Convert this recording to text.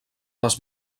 les